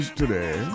today